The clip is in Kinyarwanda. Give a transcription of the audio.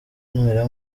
mera